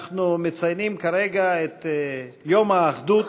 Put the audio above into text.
אנחנו מציינים כרגע את יום האחדות,